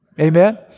Amen